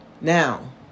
Now